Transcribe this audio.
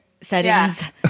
settings